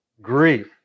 Grief